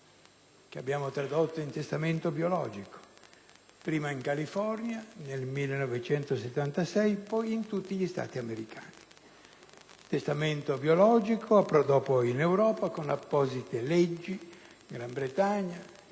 che abbiamo tradotto in testamento biologico, prima in California, nel 1976, poi in tutti gli Stati americani. Il testamento biologico approdò poi in Europa, con apposite leggi, in Gran Bretagna,